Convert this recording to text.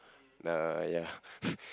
uh ya